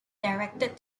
directed